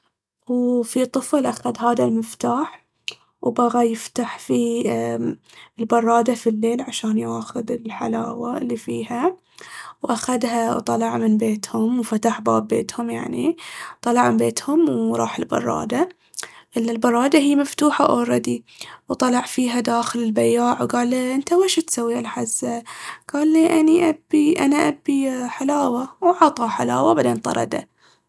وفي طفل أخذ هذا المفتاح وبغى يفتح فيه امم البرادة في الليل عشان ياخذ الحلاوة اللي فيها. وأخذها وطلع من بيتهم وفتح باب بيتهم يعني وطلع من بيتهم وراح البرادة. إلا البرادة هي مفتوحة أولردي، وطلع فيها داخل البياع وقال له انته ويش تسوي هالحزة؟ قال ليي أني ابي- أنا أبي حلاوة عطاه حلاوة وبعدين طرده.